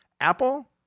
Apple